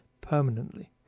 permanently